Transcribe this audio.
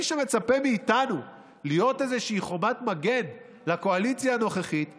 מי שמצפה מאיתנו להיות איזושהי חומת מגן לקואליציה הנוכחית טועה,